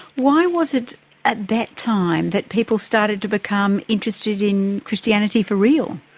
why was it at that time that people started to become interested in christianity for real?